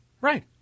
Right